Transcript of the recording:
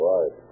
Right